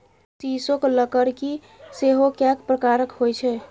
सीसोक लकड़की सेहो कैक प्रकारक होए छै